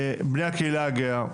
בני הקהילה הגאה,